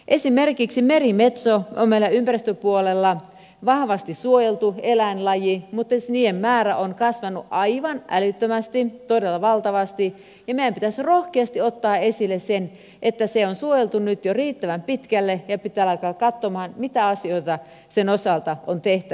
esimerkiksi merimetso on meillä ympäristöpuolella vahvasti suojeltu eläinlaji mutta niiden määrä on kasvanut aivan älyttömästi todella valtavasti ja meidän pitäisi rohkeasti ottaa esille se että se on suojeltu nyt jo riittävän pitkälle ja pitää alkaa katsomaan mitä asioita sen osalta on tehtävissä